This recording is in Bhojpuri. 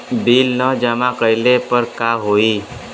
बिल न जमा कइले पर का होई?